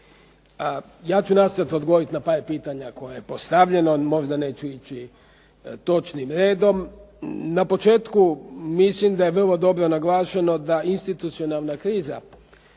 Ja ću nastojati odgovoriti na par pitanja koja je postavljeno, možda neću ići točnim redom. Na početku mislim da je vrlo dobro naglašeno da institucionalna kriza